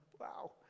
Wow